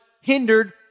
hindered